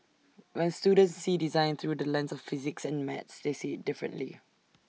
when students see design through the lens of physics and maths they see IT differently